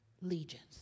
legions